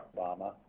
Obama